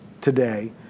today